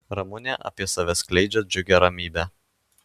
ramunė apie save skleidžia džiugią ramybę